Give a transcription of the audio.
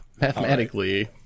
mathematically